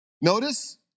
Notice